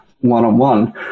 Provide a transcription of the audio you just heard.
one-on-one